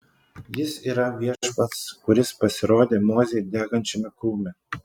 jis yra viešpats kuris pasirodė mozei degančiame krūme